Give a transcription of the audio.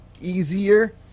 easier